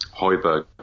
Hoiberg